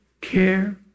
care